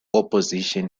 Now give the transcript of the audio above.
opposition